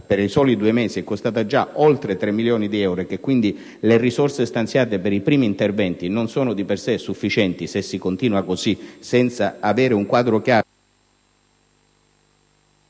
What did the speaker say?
per i primi due mesi, oltre 3 milioni di euro e che quindi le risorse stanziate per i primi interventi non sono di per sé sufficienti, non si può continuare così senza avere un quadro chiaro